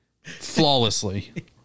flawlessly